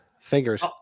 fingers